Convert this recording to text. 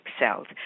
excelled